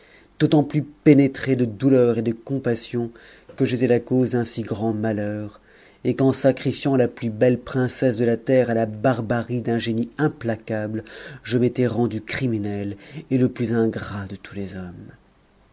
d'autant plus pénétré de douleur et de compassion que j'étais la cause d'un si grand malheur et qu'en sacrifiant la plus belle princesse de la terre à la barbarie d'un génie implacable je m'étais rendu criminel et le plus ingrat de tous les hommes